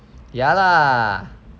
ya lah